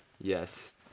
Yes